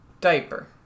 diaper